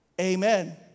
Amen